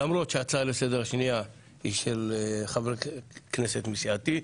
למרות שההצעה לסדר השנייה היא של חבר כנסת מסיעתי,